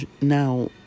Now